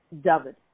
David